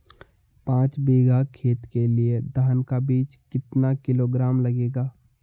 पाँच बीघा खेत के लिये धान का बीज कितना किलोग्राम लगेगा?